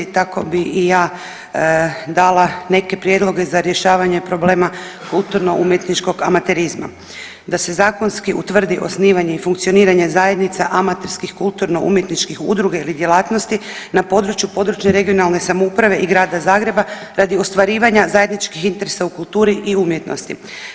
Tako bih i ja dala neke prijedloge za rješavanje problema kulturno-umjetničkog amaterizma, da se zakonski utvrdi osnivanje i funkcioniranje zajednica amaterskih kulturno-umjetničkih udruga ili djelatnosti na području područne-regionalne samouprave i grada Zagreba radi ostvarivanja zajedničkih interesa u kulturi i umjetnosti.